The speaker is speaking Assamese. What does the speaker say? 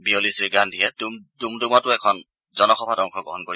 বিয়লি শ্ৰী গান্ধীয়ে ডুমডুমাতো এখন জনসভাত অংশগ্ৰহণ কৰিব